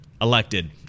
Elected